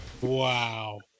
Wow